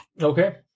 Okay